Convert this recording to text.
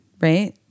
Right